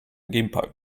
gimpo